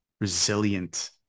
resilient